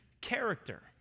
character